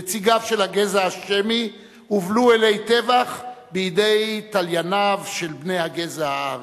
נציגיו של הגזע השמי הובלו אלי טבח בידי תלייניו של הגזע הארי.